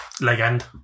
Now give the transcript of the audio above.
Legend